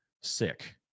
sick